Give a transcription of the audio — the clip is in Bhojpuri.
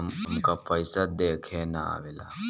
हमका पइसा देखे ना आवेला?